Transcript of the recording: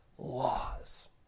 laws